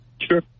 Sure